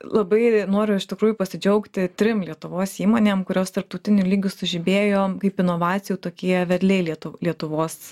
labai noriu iš tikrųjų pasidžiaugti trim lietuvos įmonėm kurios tarptautiniu lygiu sužibėjo kaip inovacijų tokie vedliai lietu lietuvos